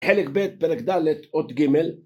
חלק ב, פרק ד, אות ג